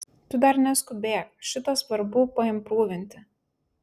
tu dar neskubėk šitą svarbu paimprūvinti